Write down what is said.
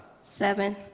Seven